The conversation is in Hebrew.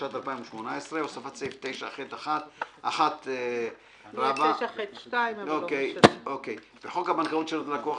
התשע"ט 2018 הוספת סעיף 9ח1 1. בחוק הבנקאות (שירות ללקוח),